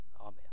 Amen